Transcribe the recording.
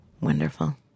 Wonderful